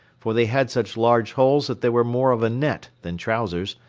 for they had such large holes that they were more of a net than trousers,